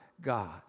God